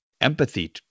empathy